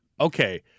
Okay